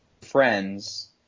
friends